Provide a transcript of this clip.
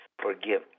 forgive